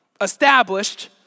established